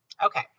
Okay